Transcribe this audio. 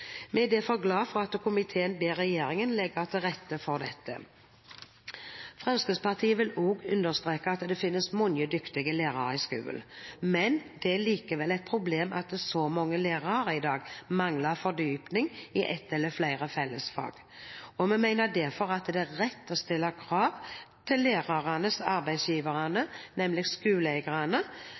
Vi er derfor glad for at komiteen ber regjeringen legge til rette for dette. Fremskrittspartiet vil understreke at det finnes mange dyktige lærere i skolen, men det er likevel et problem at så mange lærere i dag mangler fordypning i ett eller flere fellesfag, og vi mener derfor det er rett å stille krav til lærernes arbeidsgivere, nemlig skoleeierne,